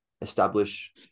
establish